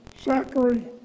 Zachary